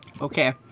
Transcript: Okay